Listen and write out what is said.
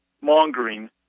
mongering